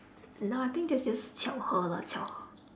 nah I think that's just 巧合 lah 巧合